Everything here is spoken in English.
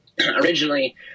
originally